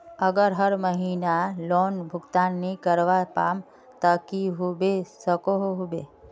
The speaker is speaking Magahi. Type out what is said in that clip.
अगर हर महीना लोन भुगतान नी करवा पाम ते की होबे सकोहो होबे?